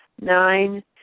Nine